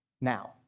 now